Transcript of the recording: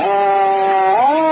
oh